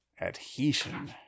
Adhesion